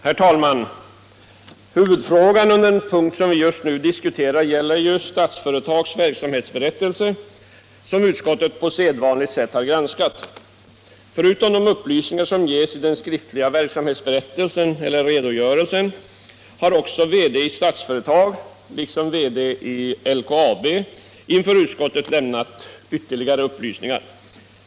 Herr talman! Huvudfrågan i det betänkande som vi just nu diskuterar är Statsföretag AB:s verksamhetsberättelse, som näringsutskottet på sedvanligt sätt granskat. Förutom de upplysningar som ges i den skriftliga verksamhetsberättelsen har VD i Statsföretag och VD i LKAB inför utskottet lämnat ytterligare upplysningar.